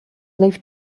leave